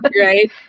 right